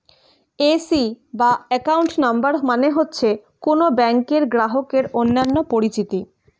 AC বা account number মানে হচ্ছে কোন ব্যাংকের গ্রাহকের অন্যান্য পরিচিতি